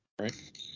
right